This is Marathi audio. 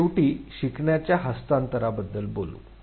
आता शेवटी शिकण्याच्या हस्तांतरणाबद्दल बोलू